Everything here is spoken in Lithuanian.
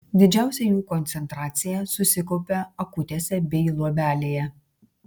didžiausia jų koncentracija susikaupia akutėse bei luobelėje